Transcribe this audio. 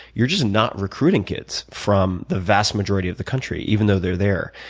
you're just not recruiting kids from the vast majority of the country, even though they're there.